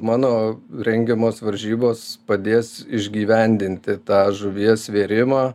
mano rengiamos varžybos padės išgyvendinti tą žuvies svėrimą